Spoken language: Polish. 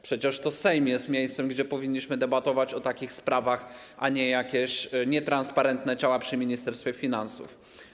Przecież to Sejm jest miejscem, w którym powinniśmy debatować o takich sprawach, a nie jakieś nietransparentne ciała przy Ministerstwie Finansów.